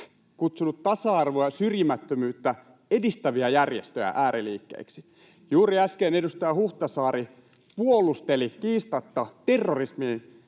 kutsunut tasa-arvoa ja syrjimättömyyttä edistäviä järjestöjä ääriliikkeiksi. Juuri äsken edustaja Huhtasaari puolusteli kiistatta terrorismiin